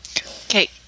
Okay